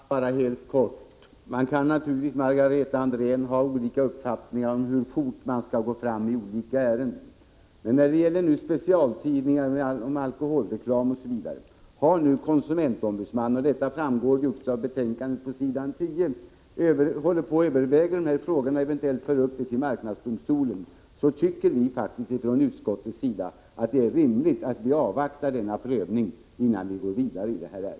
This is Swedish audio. Herr talman! Helt kort: Man kan naturligtvis, Margareta Andrén, ha olika uppfattningar om hur fort man skall gå fram i olika ärenden. Men när det gäller specialtidningar om alkoholreklam osv. vill jag peka på att konsumentombudsmannen — och detta framgår också av betänkandet på s. 10— håller på att överväga dessa frågor för att eventuellt föra upp dem till marknadsdomstolen. Från utskottets sida tycker vi faktiskt att det är rimligt att vi avvaktar denna prövning innan vi går vidare i ärendet.